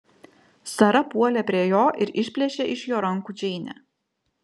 sara puolė prie jo ir išplėšė iš jo rankų džeinę